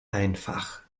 einfach